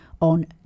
on